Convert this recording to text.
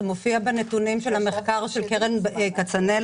זה מופיע בנתונים של המחקר של קרן כצנלסון.